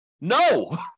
No